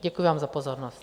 Děkuji vám za pozornost.